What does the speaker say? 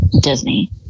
Disney